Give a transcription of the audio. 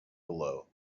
below